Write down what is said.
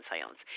silence